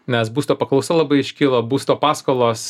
nes būsto paklausa labai iškilo būsto paskolos